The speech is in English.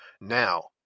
Now